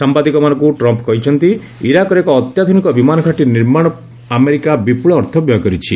ସାମ୍ଭାଦିକମାନଙ୍କୁ ଟ୍ରମ୍ପ୍ କହିଛନ୍ତି ଇରାକ୍ରେ ଏକ ଅତ୍ୟାଧ୍ରନିକ ବିମାନ ଘାଟୀ ନିର୍ମାଣ ପାଇଁ ଆମେରିକା ବିପୁଳ ଅର୍ଥ ବ୍ୟୟ କରିଛି